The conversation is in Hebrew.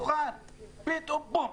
פתאום בום.